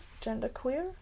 genderqueer